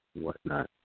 whatnot